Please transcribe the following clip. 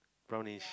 brownly